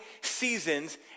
seasons